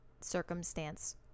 circumstance